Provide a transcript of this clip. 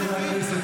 חבריי חברי הכנסת,